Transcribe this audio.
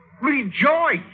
Rejoice